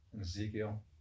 Ezekiel